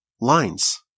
lines